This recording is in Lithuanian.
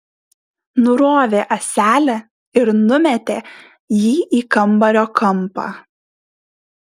nurovė ąselę ir numetė jį į kambario kampą